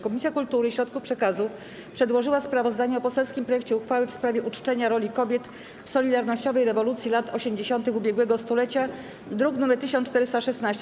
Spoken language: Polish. Komisja Kultury i Środków Przekazu przedłożyła sprawozdanie o poselskim projekcie uchwały w sprawie uczczenia roli kobiet w solidarnościowej rewolucji lat 80-tych ubiegłego stulecia, druk nr 1416.